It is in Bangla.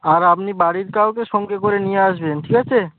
আর আপনি বাড়ির কাউকে সঙ্গে করে নিয়ে আসবেন ঠিক আছে